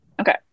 Okay